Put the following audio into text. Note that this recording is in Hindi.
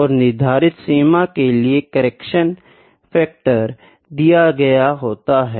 और निर्धारित सीमा के लिए करेक्शन फैक्टर दिया गया होता है